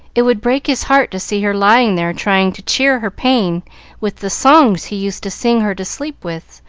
it would break his heart to see her lying there trying to cheer her pain with the songs he used to sing her to sleep with,